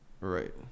Right